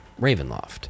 Ravenloft